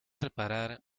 reparar